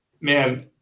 Man